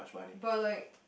but like